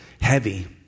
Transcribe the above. heavy